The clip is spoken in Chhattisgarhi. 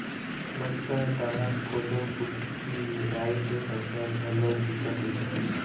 बस्तर डहर कोदो, कुटकी, राई के फसल घलोक बिकट होथे